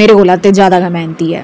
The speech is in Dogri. मेरे कोला ते जैदा गै मैह्नती ऐ